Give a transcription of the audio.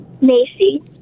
Macy